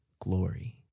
glory